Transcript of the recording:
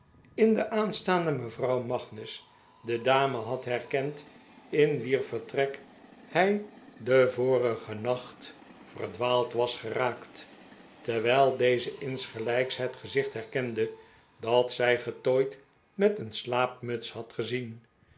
in de aanstaande mevrouw magnus de dame in wier vertrek hij den vorigen nacht verdwaald was geraakt dwaald was geraakt terwijl deze insgelijks het gezicht herkende dat zij getooid met een slaapmuts had gezien